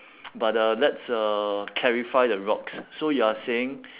but uh let's uh clarify the rocks so you are saying